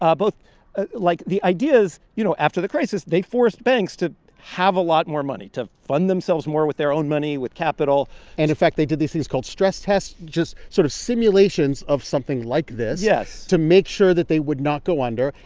um both ah like, the idea is, you know, after the crisis, they forced banks to have a lot more money, to fund themselves more with their own money, with capital and, in fact, they did these things called stress tests just sort of simulations of something like this. yes. to make sure that they would not go under.